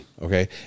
Okay